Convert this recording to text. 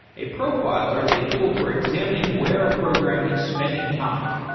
a profiler is a tool for examining where a program is spending time.